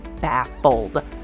baffled